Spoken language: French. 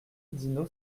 dino